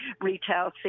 retail